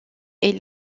est